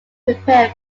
prepare